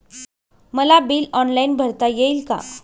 मला bill online भरता येईल का?